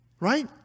right